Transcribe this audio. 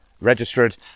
registered